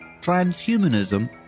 transhumanism